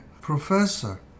professor